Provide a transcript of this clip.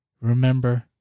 remember